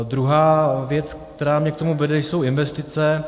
Druhá věc, která mě k tomu vede, jsou investice.